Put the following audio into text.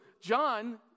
John